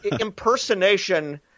impersonation